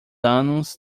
anos